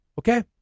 Okay